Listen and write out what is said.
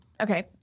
okay